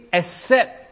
accept